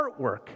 artwork